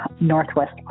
Northwest